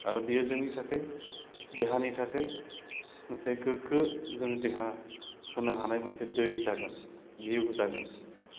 आरो बेयो जोंनि थाखाय देहानि थाखाय मोनसे गोग्गो जोंनो देहा होनो हानाय मोनसे दै जागोन जिउ जागोन